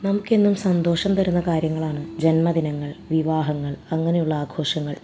നമുക്കെന്നും സന്തോഷം തരുന്ന കാര്യങ്ങളാണ് ജന്മദിനങ്ങൾ വിവാഹങ്ങൾ അങ്ങനെയുള്ള ആഘോഷങ്ങൾ